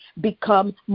become